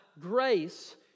grace